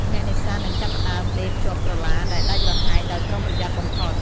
អ្នកនេសាទនឹងចាប់ផ្ដើមដេរភ្ជាប់ក្រឡាដែលដាច់រហែកដោយប្រុងប្រយ័ត្នបំផុត។